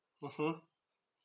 mmhmm